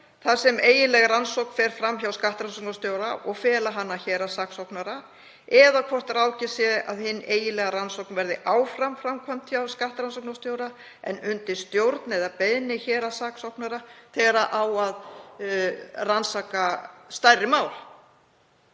þar sem eiginleg rannsókn fer fram hjá skattrannsóknarstjóra og fela hana héraðssaksóknara, eða hvort ráðgert sé að hin eiginlega rannsókn verði áfram framkvæmd hjá skattrannsóknarstjóra en undir stjórn eða beiðni héraðssaksóknara þegar á að rannsaka stærri mál.